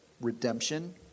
redemption